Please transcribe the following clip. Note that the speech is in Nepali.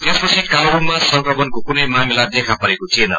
त्यसपछि कालेबुङमा संक्रमणको कुनै मामिला देखा परेको थिएन